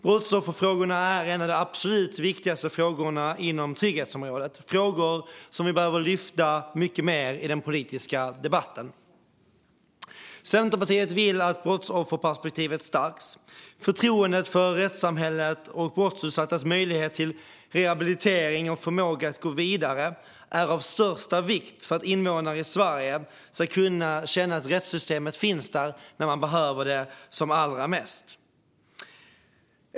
Brottsofferfrågorna är en av de absolut viktigaste frågorna inom trygghetsområdet. Det är frågor som vi behöver lyfta fram mycket mer i den politiska debatten. Centerpartiet vill att brottsofferperspektivet stärks. Förtroendet för rättssamhället och brottsutsattas möjlighet till rehabilitering och förmåga att gå vidare är av största vikt för att invånare i Sverige ska kunna känna att rättssystemet finns där när de behöver det som allra mest.